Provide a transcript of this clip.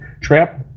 trap